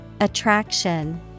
Attraction